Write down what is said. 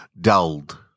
dulled